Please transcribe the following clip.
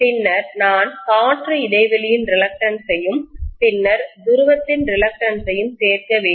பின்னர் நான் காற்று இடைவெளியின் ரிலக்டன்ஸ்யும் பின்னர் துருவத்தின் ரிலக்டன்ஸ்யும் சேர்க்க வேண்டும்